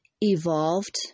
evolved